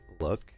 look